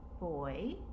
boy